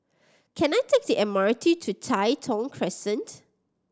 can I take the M R T to Tai Thong Crescent